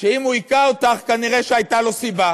אם הוא הכה אותך, כנראה הייתה לו סיבה.